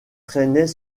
traînaient